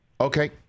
Okay